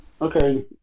Okay